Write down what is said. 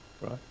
right